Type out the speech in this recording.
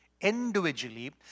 Individually